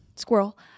squirrel